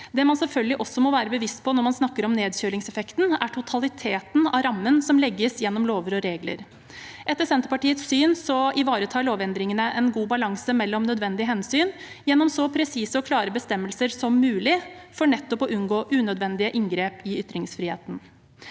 Det man selvfølgelig også må være bevisst på når man snakker om nedkjølingseffekten, er totaliteten av rammen som legges gjennom lover og regler. Etter Senterpartiets syn ivaretar lovendringene en god balanse mellom nødvendige hensyn, gjennom så presise og klare bestemmelser som mulig for nettopp å unngå unødvendige inngrep i ytringsfriheten.